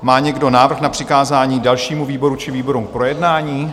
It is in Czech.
Má někdo návrh na přikázání dalšímu výboru či výborům k projednání?